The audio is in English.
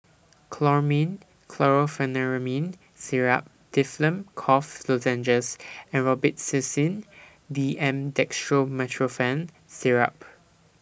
Chlormine Chlorpheniramine Syrup Difflam Cough Lozenges and Robitussin D M Dextromethorphan Syrup